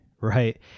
right